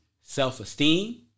self-esteem